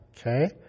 okay